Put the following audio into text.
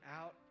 out